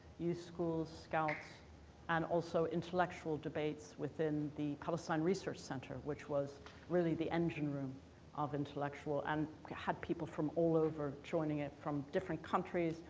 youth schools, scouts and also intellectual debates within the palestine research centre, which was really the engine room of intellectual and had people from all over joining it from different countries.